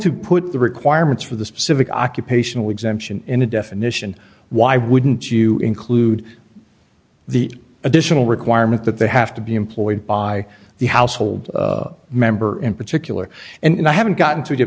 to put the requirements for the specific occupational exemption in the definition why wouldn't you include the additional requirement that they have to be employed by the household member in particular and i haven't gotten to